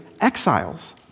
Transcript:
exiles